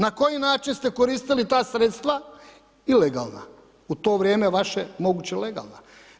Na koji način ste koristili ta sredstva ilegalna u to vrijeme vaše moguće legalno?